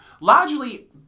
largely